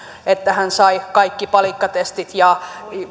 että hän sai kaikki palikkatestit ja